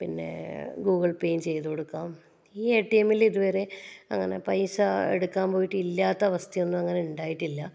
പിന്നെ ഗൂഗിൾ പേയും ചെയ്തു കൊടുക്കാം ഈ എ ടി എമ്മിൽ ഇതുവരെ അങ്ങനെ പൈസ എടുക്കാൻ പോയിട്ട് ഇല്ലാത്ത അവസ്ഥയൊന്നും അങ്ങനെ ഉണ്ടായിട്ടില്ല